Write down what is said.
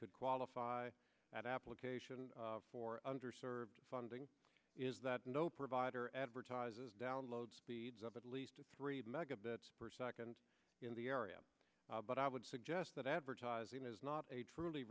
could qualify as application for under served funding is that no provider advertises download speeds up at least three megabits per second in the area but i would suggest that advertising is not a truly